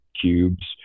cubes